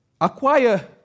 acquire